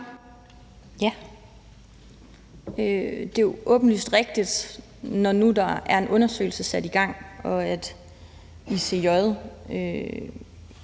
Ja. Det er jo åbenlyst rigtigt, når nu der er en undersøgelse sat i gang, og når ICJ